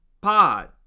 pod